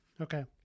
Okay